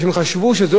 רמת המחירים.